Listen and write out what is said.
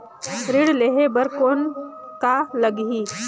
ऋण लेहे बर कौन का लगही?